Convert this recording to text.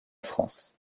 france